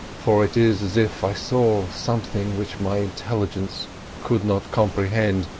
for it is as if i saw something which my intelligence could not comprehend,